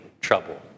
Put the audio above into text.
trouble